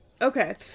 Okay